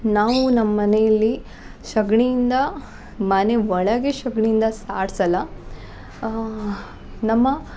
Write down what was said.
ನಾವು ನಮ್ಮ ಮನೆಯಲ್ಲಿ ಸಗಣಿಯಿಂದ ಮನೆ ಒಳಗೆ ಸಗಣಿಯಿಂದ ಸಾರ್ಸಲ್ಲ ನಮ್ಮ